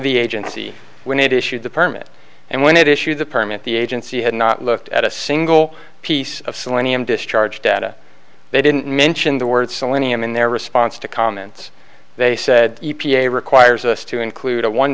the agency when it issued the permit and when it issued the permit the agency had not looked at a single piece of selenium discharge data they didn't mention the word selenium in their response to comments they said e p a requires us to include a one